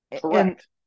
Correct